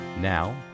Now